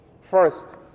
First